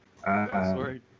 Sorry